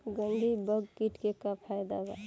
गंधी बग कीट के का फायदा बा?